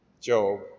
Job